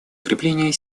укрепление